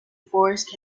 forest